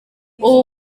ubu